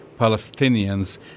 Palestinians